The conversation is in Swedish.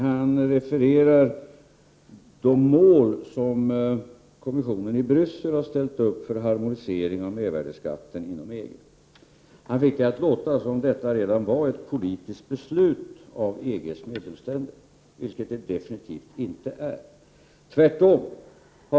Han refererar de mål som EG-kommissionen i Bryssel har uppställt för harmonisering av mervärdeskatten inom EG, och han får det att låta som om det redan fanns ett politiskt beslut om detta fattat av EG:s medlemsländer, vilket det definitivt inte finns.